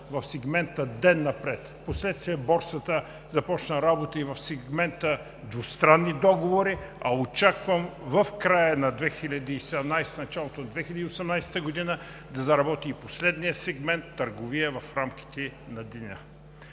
в сегмента „Ден напред“, впоследствие борсата започна работа и в сегмента „Двустранни договори“, а очаквам в края на 2017, началото на 2018 г. да заработи и последният сегмент „Търговия в рамките на деня“.